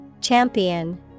Champion